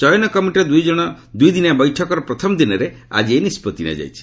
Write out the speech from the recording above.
ଚୟନ କମିଟିର ଦୁଇ ଦିନିଆ ବୈଠକର ପ୍ରଥମ ଦିନରେ ଆଜି ଏହି ନିଷ୍ପଭି ନିଆଯାଇଛି